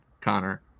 Connor